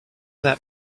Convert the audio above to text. that